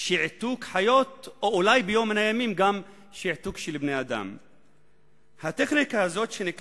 במקום שעומדים חוזרים בתשובה אני לא יכול